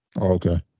Okay